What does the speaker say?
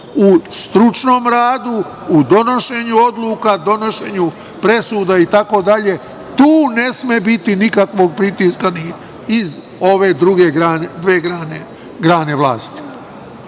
u stručnom radu, u donošenju odluka, donošenju presuda, itd. Tu ne sme biti nikakvog pritiska ni iz ove druge dve grane vlasti.